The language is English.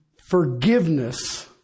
forgiveness